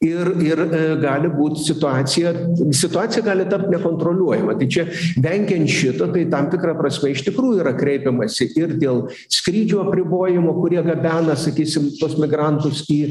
ir ir gali būt situacija situacija gali tapt nekontroliuojama tai čia vengiant šito tai tam tikra prasme iš tikrųjų yra kreipiamasi ir dėl skrydžių apribojimo kurie gabena sakysim tuos migrantus į